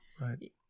right